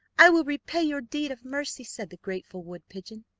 i will repay your deed of mercy, said the grateful wood-pigeon.